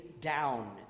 down